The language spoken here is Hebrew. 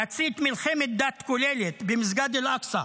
להצית מלחמת דת כוללת במסגד אל-אקצא,